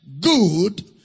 good